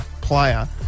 player